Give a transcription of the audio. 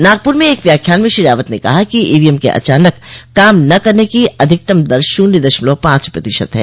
नागपुर में एक व्याख्यान में श्री रावत ने कहा कि ईवीएम के अचानक काम न करने की अधिकतम दर शून्य दशमलव पांच प्रतिशत है